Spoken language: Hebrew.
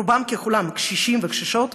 רובם ככולם קשישים וקשישות,